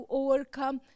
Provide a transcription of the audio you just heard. overcome